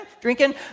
drinking